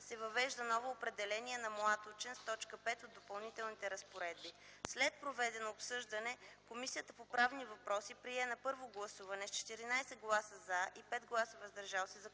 се въвежда ново определение на „млад учен” с т. 5 от Допълнителните разпоредби. След проведеното обсъждане Комисията по правни въпроси прие на първо гласуване с 14 гласа “за” и 5 гласа „въздържали се” Законопроект